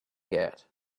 get